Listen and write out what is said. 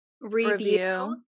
review